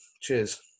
cheers